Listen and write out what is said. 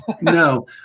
No